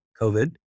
COVID